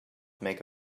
make